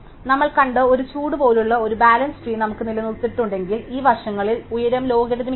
നമ്മൾ കണ്ട ഒരു ചൂട് പോലെയുള്ള ഒരു ബാലൻസ് ട്രീ നമുക്ക് നിലനിർത്തിയിട്ടുണ്ടെങ്കിൽ ഈ വശങ്ങളിൽ ഉയരം ലോഗരിത്തമിക് ആണ്